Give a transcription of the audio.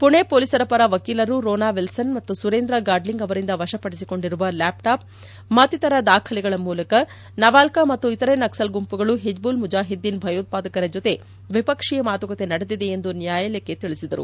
ಪುಣೆ ಪೊಲೀಸರ ಪರ ವಕೀಲರು ರೋನಾ ವಿಲ್ಲನ್ ಮತ್ತು ಸುರೇಂದ್ರ ಗಾಡ್ ಲಿಂಗ್ ಅವರಿಂದ ವಶಪಡಿಸಿಕೊಂಡಿರುವ ಲ್ಯಾಪ್ಟಾಪ್ ಮತ್ತಿತರ ದಾಖಲೆಗಳ ಮೂಲಕ ನವಾಲ್ಕಾ ಮತ್ತು ಇತರೆ ನಕ್ಲಲ್ ಗುಂಪುಗಳು ಹಿಜ್ಬುಲ್ ಮುಜಾಹಿದ್ದೀನ್ ಭಯೋತ್ಪಾದಕರ ಜೊತೆ ದ್ವಿಪಕ್ಷೀಯ ಮಾತುಕತೆ ನಡೆದಿದೆ ಎಂದು ನ್ಯಾಯಾಲಯಕ್ಕೆ ತಿಳಿಸಿದರು